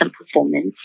performance